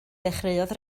dechreuodd